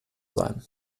sein